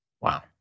Wow